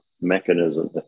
mechanism